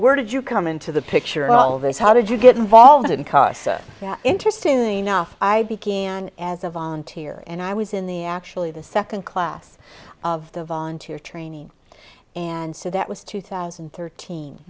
where did you come into the picture all those how did you get involved in casa interestingly enough i began as a volunteer and i was in the actually the second class of the volunteer training and so that was two thousand and thirteen